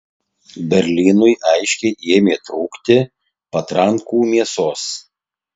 berlynui aiškiai ėmė trūkti patrankų mėsos